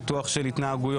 ניתוח של התנהגויות,